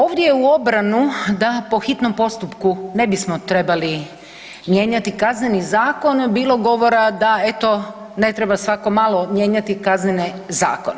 Ovdje u obranu da po hitnom postupku ne bismo trebali mijenjati Kazneni zakon, bilo govora da eto, ne treba svako malo mijenjati Kazneni zakon.